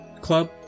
club